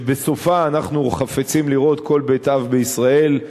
שבסופה אנחנו חפצים לראות כל בית-אב בישראל,